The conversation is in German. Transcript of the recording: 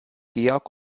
georg